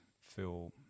feel